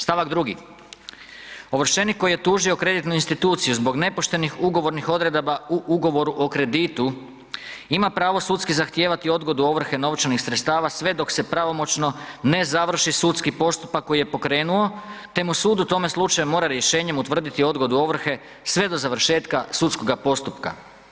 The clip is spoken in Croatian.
Stavak 2. ovršenik koji je tužio kreditnu instituciju zbog nepoštenih ugovornih odredaba u ugovoru o kreditu ima pravo sudski zahtijevati odgodu ovrhe novčanih sredstava sve dok se pravomoćno ne završi sudski postupak koji je pokrenuo te mu sud u tome slučaju mora rješenjem utvrditi odgodu ovrhe sve do završetka sudskoga postupka.